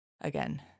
Again